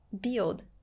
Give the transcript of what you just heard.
build